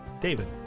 David